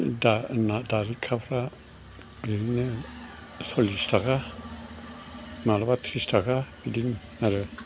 दा ना दाबखाफ्रा ओरैनो स'लिस थाखा मालाबा ट्रिस थाखा बिदिनो आरो